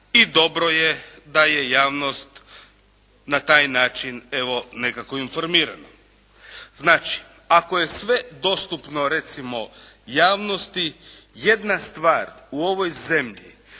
i dobro je da je javnost na taj način evo nekako informirana. Znači, ako je sve dostupno recimo javnosti. Jedna stvar u ovoj zemlji